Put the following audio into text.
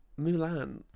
Mulan